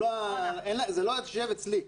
זה לא יושב אצלי,